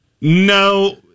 No